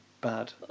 bad